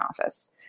office